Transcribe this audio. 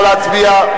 נא להצביע.